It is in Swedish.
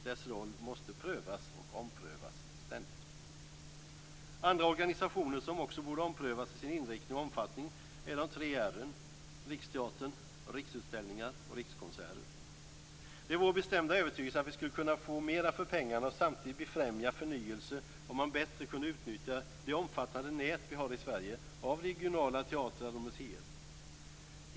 Dess roll måste ständigt prövas och omprövas. Andra organisationer som också borde omprövas till sin inriktning och omfattning är de tre R:en - Riksteatern, Riksutställningar och Rikskonserter. Det är vår bestämda övertygelse att vi skulle kunna få mera för pengarna och samtidigt befrämja förnyelse om man bättre kunde utnyttja det omfattande nät vi har i Sverige av regionala teatrar och museer.